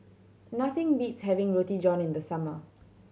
nothing beats having Roti John in the summer